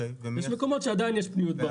יש מקומות שעדיין יש פניות ברשת.